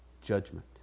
judgment